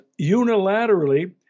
unilaterally